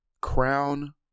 crown